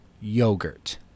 yogurt